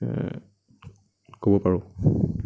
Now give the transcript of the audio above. ক'ব পাৰোঁ